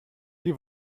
die